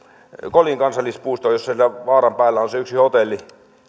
kolin kansallispuisto jossa siellä vaaran päällä on se yksi hotelli